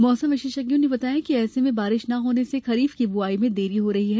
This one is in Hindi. मौसम विशेषज्ञों ने बताया कि ऐसे में बारिश न होने से खरीफ की बुआई में देरी हो रही है